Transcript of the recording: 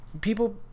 people